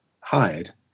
hired